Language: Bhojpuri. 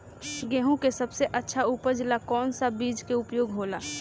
गेहूँ के सबसे अच्छा उपज ला कौन सा बिज के उपयोग होला?